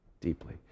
deeply